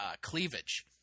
cleavage